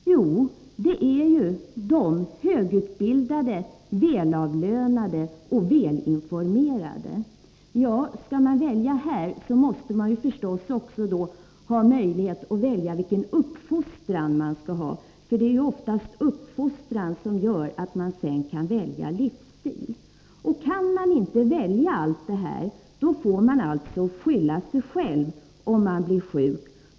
Jo, det är de högutbildade, välavlönade och välinformerade. Skall man välja livsstil måste man förstås också ha möjlighet att välja vilken uppfostran man skall ha, för det är oftast uppfostran som gör att man sedan kan välja livsstil. Kan man inte välja allt det här får man skylla sig själv om man blir sjuk.